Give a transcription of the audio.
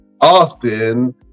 Austin